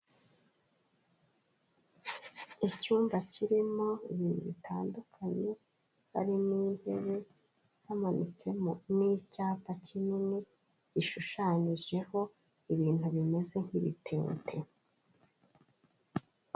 Icyumba kirimo ibintu bitandukanye hari n'intebe hamanitsemo n'icyapa kinini gishushanyijeho ibintu bimeze nk'ibitete.